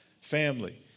family